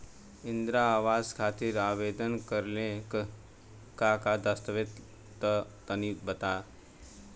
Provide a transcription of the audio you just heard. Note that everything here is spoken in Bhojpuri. इंद्रा आवास खातिर आवेदन करेम का का दास्तावेज लगा तऽ तनि बता?